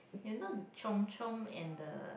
you know the Chomp-Chomp and the